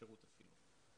השירות אפילו.